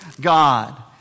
God